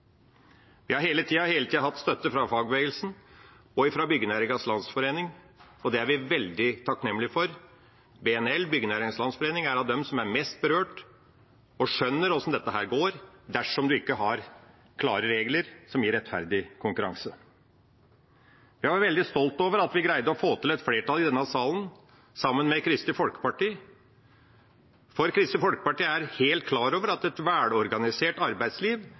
Vi har hele tida hatt støtte fra fagbevegelsen og fra Byggenæringens Landsforening, og det er vi veldig takknemlige for. Byggenæringens Landsforening, BNL, er av dem som er mest berørt, og de skjønner hvordan dette går dersom en ikke har klare regler som gir rettferdig konkurranse. Jeg var veldig stolt over at vi greide å få til et flertall i denne salen sammen med Kristelig Folkeparti, for Kristelig Folkeparti er helt klar over at et velorganisert arbeidsliv